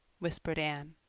whispered anne.